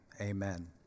amen